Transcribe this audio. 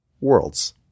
worlds